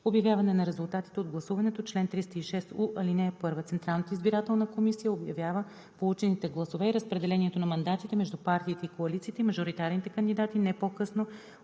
Обявяване на резултатите от гласуването Чл. 306у. (1) Централната избирателна комисия обявява получените гласове и разпределението на мандатите между партиите и коалициите и мажоритарните кандидати не по-късно